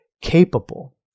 capable